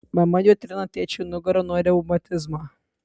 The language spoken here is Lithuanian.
mama juo trina tėčiui nugarą nuo reumatizmo